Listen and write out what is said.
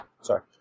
Sorry